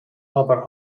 aber